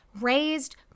raised